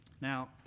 Now